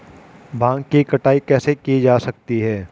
भांग की कटाई कैसे की जा सकती है?